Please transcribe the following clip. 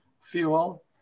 fuel